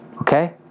Okay